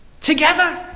together